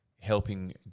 helping